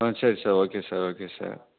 ஆ சரி sir okay sir okay sir